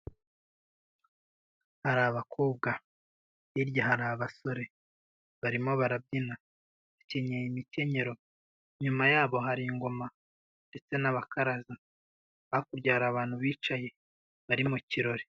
Hari abakobwa, hirya hari abasore barimo barabyina, bakenyeye imikenyero, inyuma yabo hari ingoma ndetse n'abakaraza, hakurya hari abantu bicaye bari mu kirori.